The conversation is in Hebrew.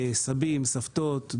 סבים סבתות,